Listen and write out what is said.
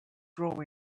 grow